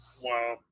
Wow